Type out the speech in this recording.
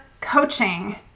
coaching